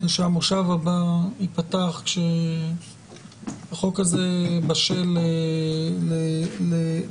שהמושב הבא ייפתח כשהחוק הזה בשל להצבעה.